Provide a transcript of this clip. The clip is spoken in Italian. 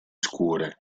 scure